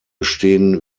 stehen